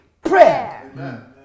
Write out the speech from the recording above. Prayer